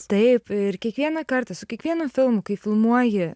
taip ir kiekvieną kartą su kiekvienu filmu kai filmuoji